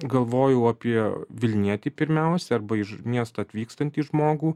galvojau apie vilnietį pirmiausia arba iš miesto atvykstantį žmogų